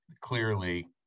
clearly